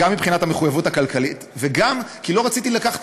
גם מבחינת המחויבות הכלכלית וגם כי לא רציתי לקחת